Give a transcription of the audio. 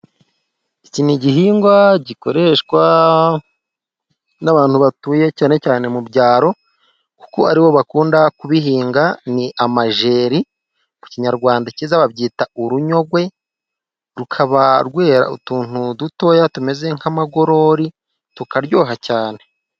Iki ni igihingwa gikoreshwa n'abantu batuye cyane cyane mu byaro kuko aribo bakunda kubihinga. Ni amajyeri mu kinyarwanda cyiza. Babyita urunyogwe rukaba rwera utuntu dutoya tumeze nk'amagorori, tukaryoha cyane.